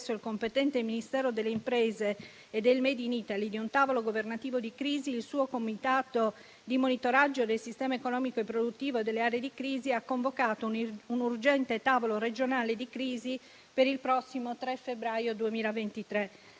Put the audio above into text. il competente Ministero delle imprese e del *made in Italy* di un tavolo governativo di crisi, il suo comitato di monitoraggio del sistema economico e produttivo delle aree di crisi ha convocato un urgente tavolo regionale di crisi per il prossimo 3 febbraio 2023.